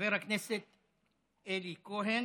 חבר הכנסת אלי כהן,